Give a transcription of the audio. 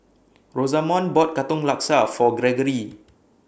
Rosamond bought Katong Laksa For Greggory